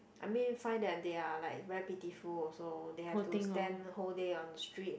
I mean find that they're like very pitiful also they have to stand whole day on the street